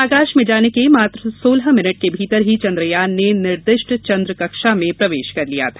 आकाश में जाने के मात्र सोलह मिनटके भीतर ही चंद्रयान ने निर्दिष्ट चंद्र कक्षा में प्रवेश कर लिया था